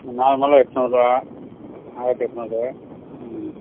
நாலு மாலை எட்நூறுபா ஆயிரத்தி எட்நூறு ம்